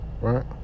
right